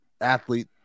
athlete